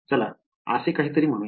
चला असे काहीतरी म्हणूया